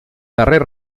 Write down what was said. darrer